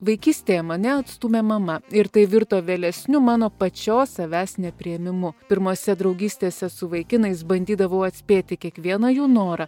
vaikystėje mane atstūmė mama ir tai virto vėlesniu mano pačios savęs nepriėmimu pirmose draugystėse su vaikinais bandydavau atspėti kiekvieną jų norą